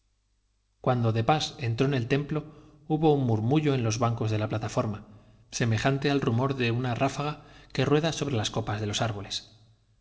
cuando de pas entró en el templo hubo un murmullo en los bancos de la plataforma semejante al rumor de una ráfaga que rueda sobre las copas de los árboles